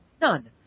None